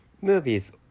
movies